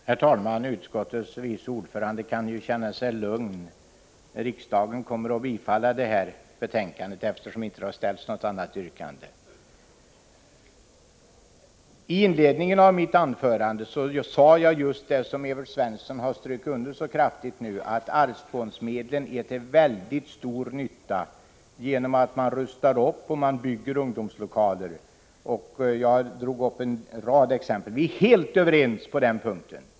Herr talman! Socialutskottets vice ordförande kan känna sig lugn. Riksdagen kommer att bifalla utskottets hemställan, eftersom det inte ställts något annat yrkande. I inledningen av mitt anförande sade jag just det som Evert Svensson nu kraftigt underströk, nämligen att arvsfondsmedlen är till väldigt stor nytta genom att man rustar upp och bygger ungdomslokaler. Jag tog upp en rad exempel. Vi är helt överens på den punkten.